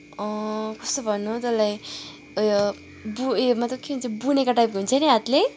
कस्तो भन्नु हौ तँलाई उयो बु मतलब के हुन्छ बुनेको टाइपको हुन्छ नि हातले